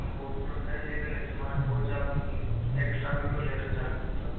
हाँ वह तो है लेकिन स्मार्टवाच आप एक्स्ट्रा भी तो ले रहे हो चार्ज भी तो